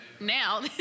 now